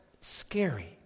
scary